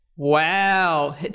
Wow